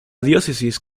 diócesis